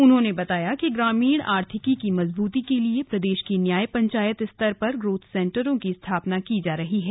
उन्होंने बताया कि ग्रामीण आर्थिकी की मजबूती के लिये प्रदेश की न्याय पंचायत स्तर पर ग्रोथ सेंटरों की स्थापना की जा रही है